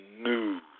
news